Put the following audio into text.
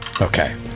Okay